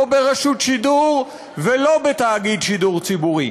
ברשות שידור ולא בתאגיד שידור ציבורי.